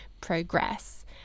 progress